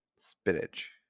Spinach